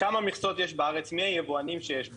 מי היבואנים שיש בארץ?